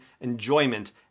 enjoyment